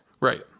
Right